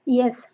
yes